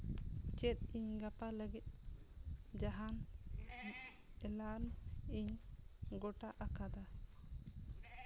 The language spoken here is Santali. ᱪᱮᱫ ᱤᱧ ᱜᱟᱯᱟ ᱞᱟᱹᱜᱤᱫ ᱡᱟᱦᱟᱱ ᱮᱞᱟᱢ ᱤᱧ ᱜᱚᱴᱟ ᱟᱠᱟᱫᱟ